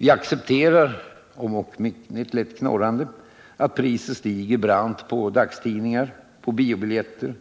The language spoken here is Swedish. Vi accepterar, om ock med ett lätt knorrande, att priset stiger brant på t.ex. dagstidningar, på biobiljetter